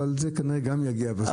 אבל זה כנראה גם יגיע בסוף.